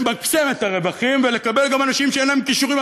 למקסם את הרווחים ולקבל גם אנשים שאין להם כישורים,